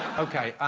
okay,